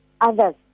others